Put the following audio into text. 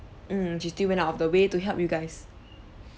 mm she still went out of the way to help you guys